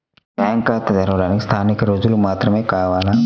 Bank ఖాతా తెరవడానికి స్థానిక రుజువులు మాత్రమే కావాలా?